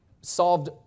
solved